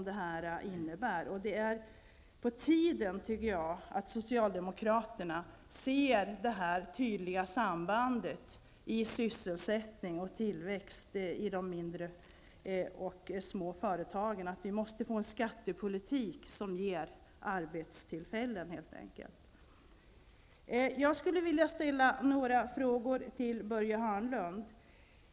Det är på tiden att socialdemokraterna ser det tydliga sambandet mellan sysselsättning och tillväxt i de mindre och medelstora företagen och att vi måste få en skattepolitik som ger arbetstillfällen. Hörnlund.